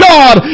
God